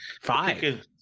five